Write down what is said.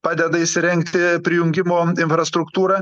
padeda įsirengti prijungimo infrastruktūrą